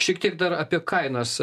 šiek tiek dar apie kainas